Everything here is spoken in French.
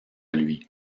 lui